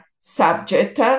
subject